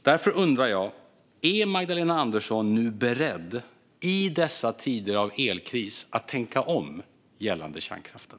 Jag undrar därför om Magdalena Andersson nu är beredd att i dessa tider av elkris tänka om gällande kärnkraften.